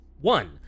one